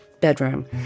bedroom